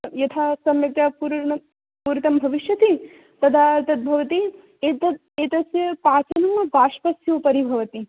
यथा सम्यक्तया पूर्णं पूरितं भविष्यति तदा तद् भवति एतत् एतस्य पाचनं वाष्पस्य उपरि भवति